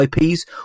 ips